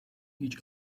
each